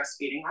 breastfeeding